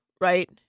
right